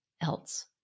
else